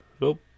nope